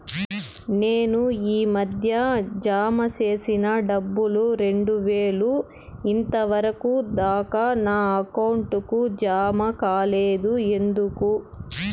నేను ఈ మధ్య జామ సేసిన డబ్బులు రెండు వేలు ఇంతవరకు దాకా నా అకౌంట్ కు జామ కాలేదు ఎందుకు?